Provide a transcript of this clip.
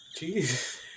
Jeez